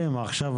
לוועדה,